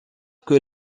que